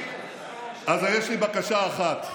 אז יש לי בקשה אחת,